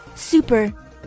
Super